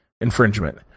infringement